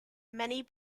many